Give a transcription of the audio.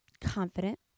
confident